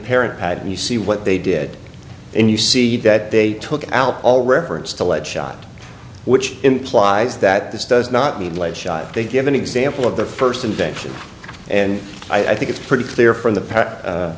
parent pad and you see what they did and you see the that they took out all reference to lead shot which implies that this does not mean lead shot they give an example of their first invention and i think it's pretty clear from the